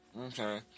Okay